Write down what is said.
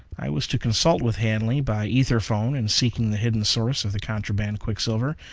i was to consult with hanley by ether-phone in seeking the hidden source of the contraband quicksilver,